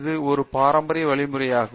இது ஒரு பாரம்பரிய வழிமுறையாகும்